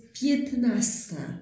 piętnasta